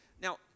Now